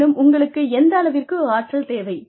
மேலும் உங்களுக்கு எந்தளவிற்கு ஆற்றல் தேவை